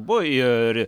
buvo ir